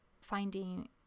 finding